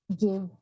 give